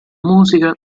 musica